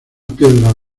piedras